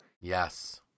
yes